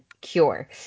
cure